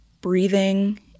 Breathing